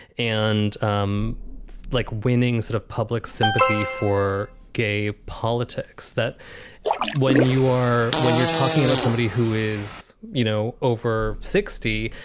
and um like winnings sort of public sympathy for gay politics, that when you are when you're talking about somebody who is, you know, over sixty,